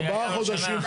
ארבעה חודשים תחולה.